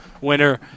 winner